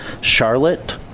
Charlotte